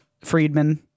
Friedman